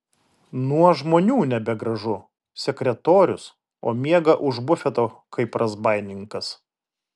nuo žmonių nebegražu sekretorius o miega už bufeto kaip razbaininkas